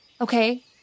okay